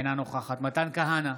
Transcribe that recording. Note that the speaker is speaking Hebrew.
אינה נוכחת מתן כהנא,